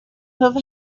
have